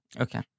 okay